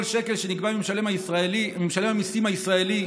כל שקל שנגבה ממשלם המיסים הישראלי,